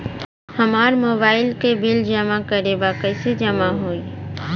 हमार मोबाइल के बिल जमा करे बा कैसे जमा होई?